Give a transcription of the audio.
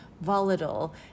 volatile